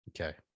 Okay